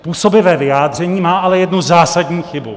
Působivé vyjádření, má ale jednu zásadní chybu.